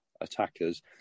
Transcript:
attackers